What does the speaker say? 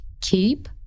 keep